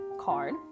card